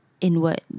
inward